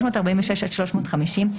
346 עד 350,